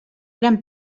gran